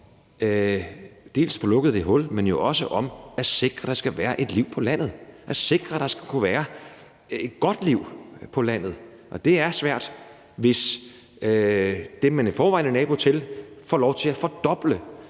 dels at få lukket det hul, dels at sikre, at der skal kunne være et liv på landet, og at der skal kunne være et godt liv på landet. Og det er svært, hvis dem, man i forvejen er nabo til, får lov til at fordoble